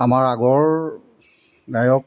আমাৰ আগৰ গায়ক